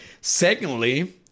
Secondly